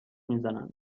میزنن